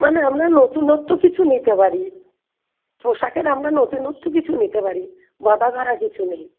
মানে আমরা নতুনত্ব কিছু নিতে পারি পোশাকের আমরা নতুনত্ব কিছু নিতে পারি বাঁধা ধরা কিছু নেই